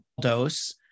dose